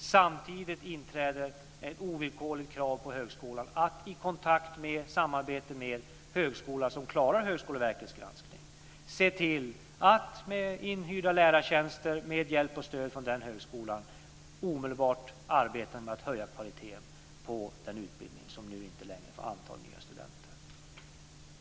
Samtidigt inträder ett ovillkorligt krav på högskolan att i kontakt med och i samarbete med högskola som klarar Högskoleverkets granskning se till att med inhyrda lärartjänster och med hjälp och stöd från den högskolan omedelbart arbeta med att höja kvaliteten på den utbildning som nu inte längre får anta nya studenter.